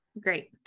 Great